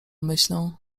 myślą